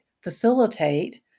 facilitate